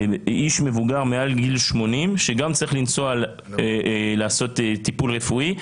איש מבוגר מעל גיל 80 שגם צריך לנסוע לעשות טיפול רפואי,